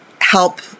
help